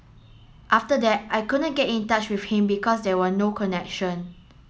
after that I couldn't get in touch with him because there were no connection